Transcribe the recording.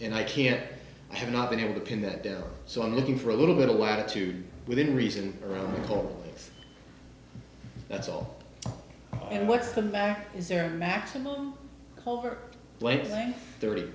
in i can't i have not been able to pin that down so i'm looking for a little bit of latitude within reason all that's all and what's the back is there a maximum